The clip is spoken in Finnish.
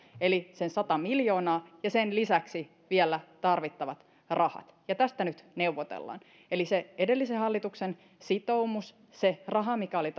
eli sen sata miljoonaa ja sen lisäksi vielä tarvittavat rahat ja tästä nyt neuvotellaan eli se edellisen hallituksen sitoumus se raha mikä oli